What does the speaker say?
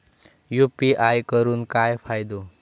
UPI करून काय फायदो?